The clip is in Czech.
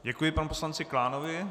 Děkuji panu poslanci Klánovi.